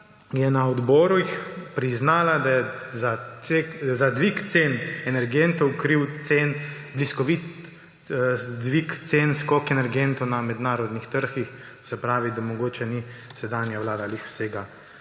je na odborih priznala, da je za dvig cen energentov kriv bliskovit dvig, skok cen energentov na mednarodnih trgih, se pravi, da mogoče ni sedanja vlada ravno vsega